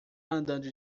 andando